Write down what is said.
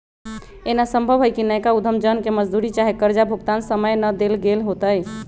एना संभव हइ कि नयका उद्यम जन के मजदूरी चाहे कर्जा भुगतान समय न देल गेल होतइ